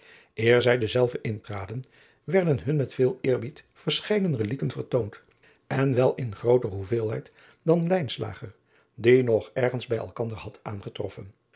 zij dezelve intraden werden hun met veel eerbied verscheiden eliquien vertoond en wel in grooter hoeveelheid dan die nog ergens hij elkander had aangetroffen